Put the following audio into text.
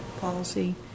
policy